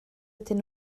ydyn